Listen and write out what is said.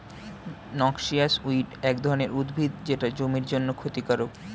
noxious weed এক ধরনের উদ্ভিদ যেটা জমির জন্যে ক্ষতিকারক